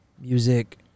music